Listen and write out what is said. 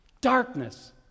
Darkness